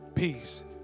peace